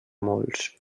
molts